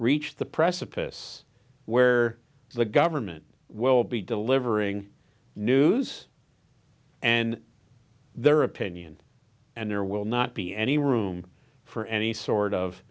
reached the precipice where the government will be delivering news and their opinion and there will not be any room for any sort of